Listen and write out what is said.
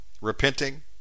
repenting